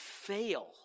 fail